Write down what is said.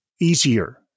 easier